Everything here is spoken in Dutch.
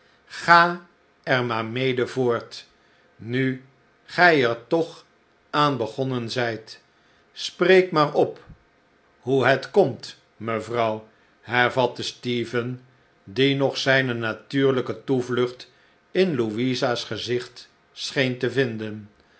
ga er maar mede voort nu gij er toch aan begonnen zijt spreek maar op hoe het komt mevrouw hervatte stephen die nog zijne natuurlijke toevlucht in louisa's gezicht scheen te vinden